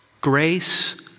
grace